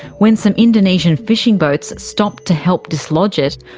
when some indonesian fishing boats stopped to help dislodge it,